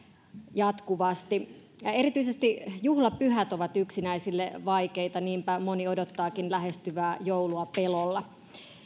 jatkuvasti erityisesti juhlapyhät ovat yksinäisille vaikeita niinpä moni odottaakin lähestyvää joulua pelolla